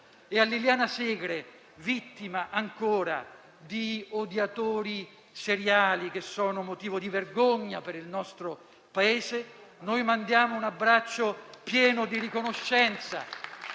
e a Liliana Segre, vittima ancora di odiatori seriali che sono motivo di vergogna per il nostro Paese, noi mandiamo un abbraccio pieno di riconoscenza